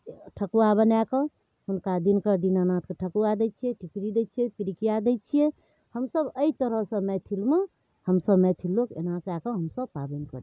ठकुआ बनाकऽ हुनका दिनकर दीनानाथके ठकुआ दै छिए टिकरी दै छिए पिरुकिआ दै छिए हमसभ एहि तरहसँ मैथिलमे हमसभ मैथिलोके एहिना कऽ कऽ हमसभ पाबनि करै छी